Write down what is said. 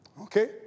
Okay